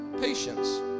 patience